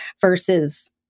versus